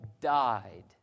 died